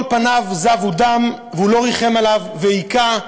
כל פניו זבו דם והוא לא ריחם עליו והכה,